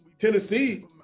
Tennessee